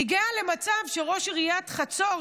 הגענו למצב שראש עיריית חצור,